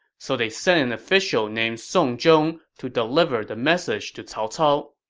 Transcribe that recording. so they sent an official named song zhong to deliver the message to cao cao.